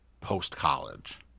post-college